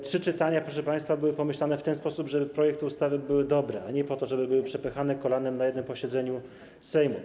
Trzy czytania, proszę państwa, były pomyślane w ten sposób, żeby projekty ustaw były dobre, a nie po to, żeby były one przepychane kolanem na jednym posiedzeniu Sejmu.